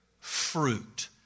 fruit